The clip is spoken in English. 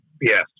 Yes